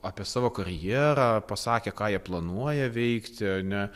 apie savo karjerą pasakė ką jie planuoja veikti ane